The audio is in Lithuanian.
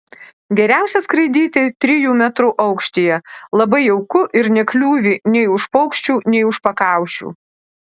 geriausia skraidyti trijų metrų aukštyje labai jauku ir nekliūvi nei už paukščių nei už pakaušių